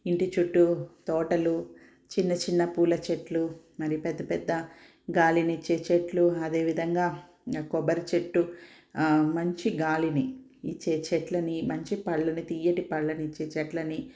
ఇంటి చుట్టూ తోటలు చిన్న చిన్న పూల చెట్లు మరి పెద్ద పెద్ద గాలినిచ్చే చెట్లు అదే విధంగా కొబ్బరి చెట్టు మంచి గాలిని ఇచ్చే చెట్లని మంచి పళ్ళని తియ్యటి పళ్ళని ఇచ్చే చెట్లని